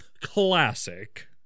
classic